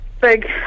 big